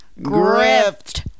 Grift